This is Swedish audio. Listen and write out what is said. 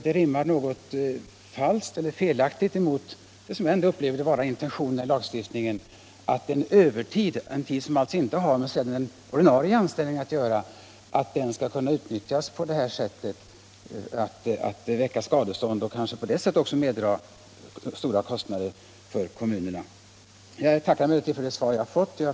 Det rimmar enligt min mening dåligt med lagstiftningens intentioner, om övertid, som alltså inte har med den ordinare anställningen att göra, skall kunna utnyttjas på detta sätt för att väcka skadestånd, vilket medför stora kostnader för kommunen. Jag tackar för det svar jag har fått.